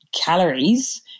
calories